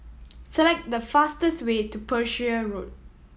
select the fastest way to Pereira Road